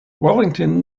wellington